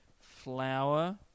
Flower